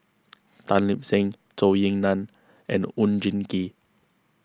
Tan Lip Seng Zhou Ying Nan and Oon Jin Gee